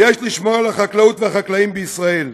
ויש לשמור על החקלאות והחקלאים בישראל.